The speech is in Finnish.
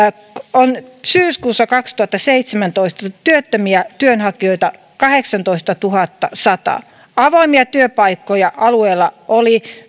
oli syyskuussa kaksituhattaseitsemäntoista työttömiä työnhakijoita kahdeksantoistatuhattasata avoimia työpaikkoja alueella oli